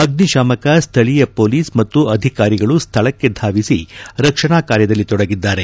ಅಗ್ನಿಶಾಮಕ ಸ್ವಳೀಯ ಮೊಲೀಸ್ ಮತ್ತು ಅಧಿಕಾರಿಗಳು ಸ್ಥಳಕ್ಕೆ ಧಾವಿಸಿ ರಕ್ಷಣಾ ಕಾರ್ಯದಲ್ಲಿ ತೊಡಗಿದ್ದಾರೆ